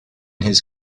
his